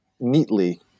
neatly